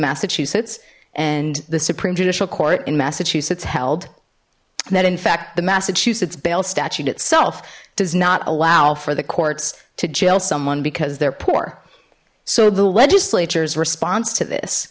massachusetts and the supreme judicial court in massachusetts held that in fact the massachusetts bail statute itself does not allow for the courts to jail someone because they're poor so the legislature's response to this